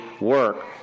work